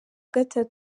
gatanu